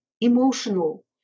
emotional